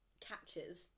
captures